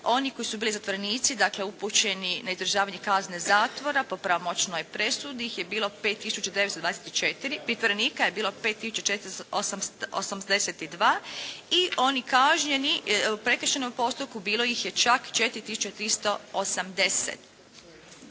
oni koji su bili zatvorenici dakle upućeni na izdržavanje kazne zatvora po pravomoćnoj presudi ih je bilo 5 tisuća 924, pritvorenika je bilo 5 tisuća 82 i oni kažnjeni u prekršajnom postupku bilo ih je čak 4